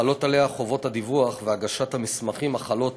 חלות עליה חובות הדיווח והגשת המסמכים החלות